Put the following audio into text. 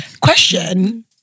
Question